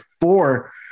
four